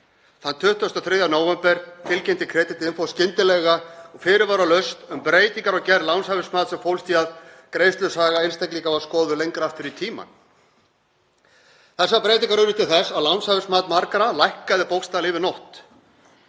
Þann 23. nóvember tilkynnti Creditinfo skyndilega og fyrirvaralaust um breytingar á gerð lánshæfismats sem fólst í að greiðslusaga einstaklinga var skoðuð lengra aftur í tímann. Þessar breytingar urðu til þess að lánshæfismat margra lækkaði bókstaflega yfir nótt.